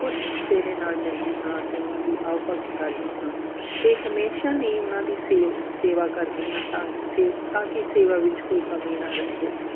ਖੁਸ਼ ਚਿਹਰੇ ਨਾਲ ਮਿਲਦੀ ਹਾਂ ਅਤੇ ਉਹਨਾਂ ਦੀ ਆਓ ਭਗਤ ਕਰਦੀ ਹਾਂ ਅਤੇ ਹਮੇਸ਼ਾਂ ਹੀ ਉਹਨਾਂ ਦੀ ਸੇਵ ਸੇਵਾ ਕਰਦੀ ਹਾਂ ਤਾਂ ਸੇ ਤਾਂ ਕਿ ਸੇਵਾ ਵਿੱਚ ਕੋਈ ਕਮੀ ਨਾ ਰਹਿ ਜੇ